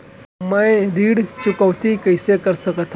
मैं ऋण चुकौती कइसे कर सकथव?